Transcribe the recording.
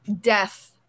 death